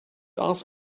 ask